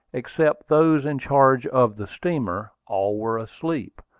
except those in charge of the steamer, all were asleep.